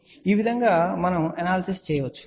కాబట్టి ఈ విధంగా మనము అనాలసిస్ చేయవచ్చు